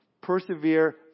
Persevere